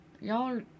Y'all